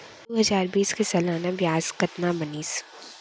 दू हजार बीस के सालाना ब्याज कतना बनिस?